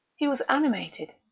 he was animated,